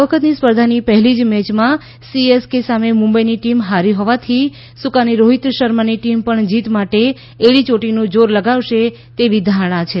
આ વખતની સ્પર્ધાની પહેલી જ મેચમાં સીએસકે સામે મુંબઈની ટીમ હારી હોવાથી સુકાની રોહિત શર્માની ટીમ પણ જીત માટે એડીચોટીનું જોર લગાવશે તેવી ધારણા છે